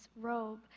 robe